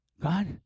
God